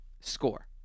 Score